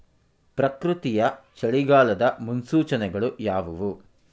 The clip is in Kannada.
ಪ್ರಕೃತಿಯ ಚಳಿಗಾಲದ ಮುನ್ಸೂಚನೆಗಳು ಯಾವುವು?